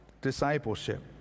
discipleship